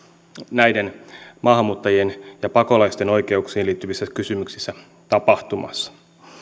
maahanmuuttajien ja pakolaisten oikeuksiin liittyvissä kysymyksissä tapahtumassa